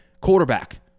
quarterback